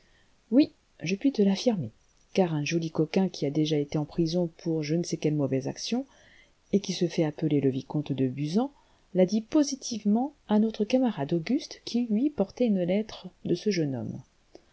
oui je puis te l'affirmer car un joli coquin qui a déjà été en prison pour je ne sais quelle mauvaise action et qui se fait appeler le vicomte de busan l'a dit positivement à notre camarade auguste qui lui portait une lettre de ce jeune homme